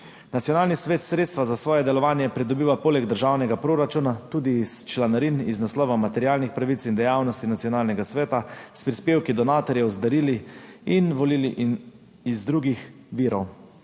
Nacionalni svet sredstva za svoje delovanje pridobiva poleg državnega proračuna tudi iz članarin, iz naslova materialnih pravic in dejavnosti nacionalnega sveta, s prispevki donatorjev, z darili in volili in iz drugih virov.